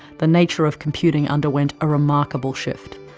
the nature of computing underwent a remarkable shift.